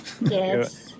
Yes